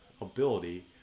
ability